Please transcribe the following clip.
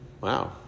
wow